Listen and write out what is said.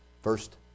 first